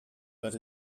but